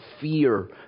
fear